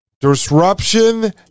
disruption